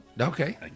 Okay